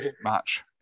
match